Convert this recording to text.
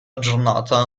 giornata